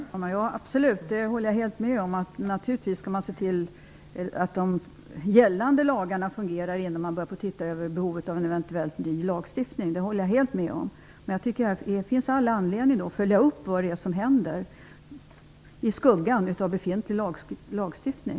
Fru talman! Så är det absolut. Jag håller med om att man skall se till att de gällande lagarna fungerar innan man ser över behovet av en ny lagstiftning. Men det finns all anledning att följa upp vad som händer i skuggan av befintlig lagstiftning.